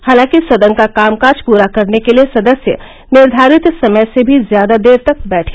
हालांकि सदन का कामकाज पूरा करने के लिए सदस्य निर्धारित समय से भी ज्यादा देर तक बैठे